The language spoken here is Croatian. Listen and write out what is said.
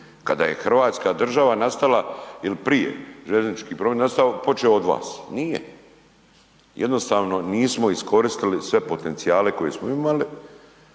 Kada je Hrvatska država nastala ili prije željeznički promet nastao počeo od vas. Nije, jednostavno nismo iskoristili sve potencijale koje smo imali.